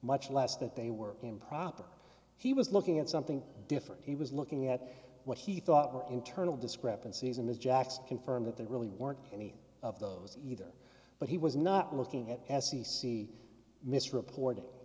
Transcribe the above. much less that they were improper he was looking at something different he was looking at what he thought were internal discrepancies in his jackson confirmed that there really weren't any of those either but he was not looking at f c c misreporting